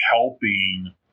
helping